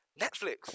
Netflix